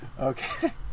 Okay